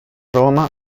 roma